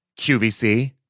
QVC